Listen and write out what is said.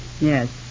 Yes